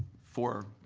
for,